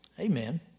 Amen